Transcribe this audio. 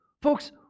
Folks